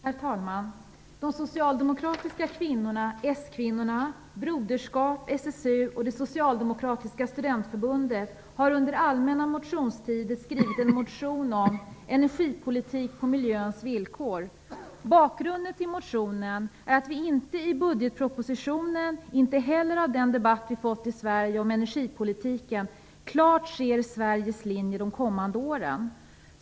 Herr talman! De socialdemokratiska kvinnorna, Broderskapsrörelsen, SSU och det socialdemokratiska studentförbundet har under den allmänna motionstiden skrivit en motion om engergipolitik på miljöns villkor. Bakgrunden till motionen är att vi inte vare sig i budgetpropositionen eller i den debatt som förts i Sverige om energipolitiken klart kan se Sveriges linje under de kommande åren.